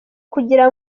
kugira